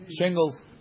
shingles